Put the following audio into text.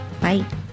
Bye